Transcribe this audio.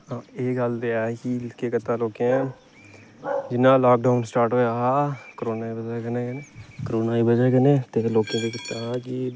एह् गल्ल ते ऐ ही कि केह् कीता लोकें जियां लाकडाउन स्टार्ट होएआ हा कोरोने दी बजह कन्नै कोरोना दी बजह कन्नै ते लोकें दी तां कि